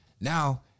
now